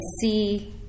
see